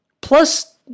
Plus